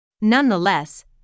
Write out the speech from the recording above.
Nonetheless